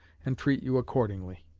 and treat you accordingly.